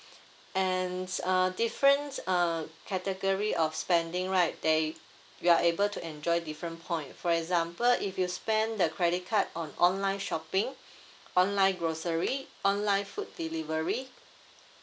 and uh different uh category of spending right there you are able to enjoy different point for example if you spend the credit card on online shopping online grocery online food delivery